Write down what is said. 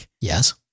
Yes